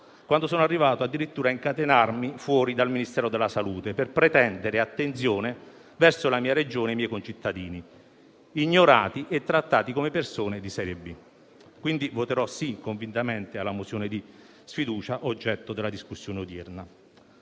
quando sono arrivato addirittura a incatenarmi fuori dal Ministero della salute per pretendere attenzione verso la mia Regione e i miei concittadini, ignorati e trattati come persone di serie B. Esprimerò quindi un convinto voto favorevole sulla mozione di sfiducia oggetto della discussione odierna.